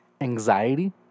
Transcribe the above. anxiety